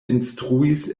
instruis